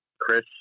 Chris